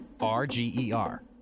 R-G-E-R